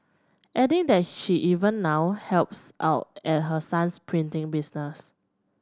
adding that she even now helps out at her son's printing business